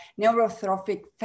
neurotrophic